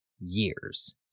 years